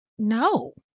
No